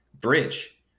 bridge